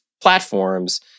platforms